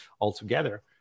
altogether